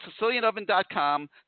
SicilianOven.com